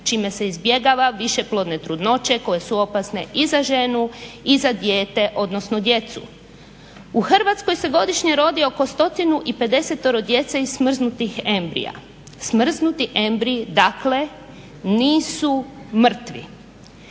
čime se izbjegava višeplodne trudnoće koje su opasne i za ženu i za dijete, odnosno djecu. U Hrvatskoj se godišnje rodi oko 150 djece iz smrznutih embrija. Smrznuti embriji dakle nisu mrtvi.